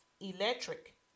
Electric